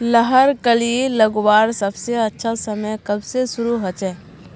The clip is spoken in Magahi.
लहर कली लगवार सबसे अच्छा समय कब से शुरू होचए?